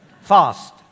Fast